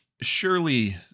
surely